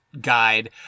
guide